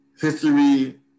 history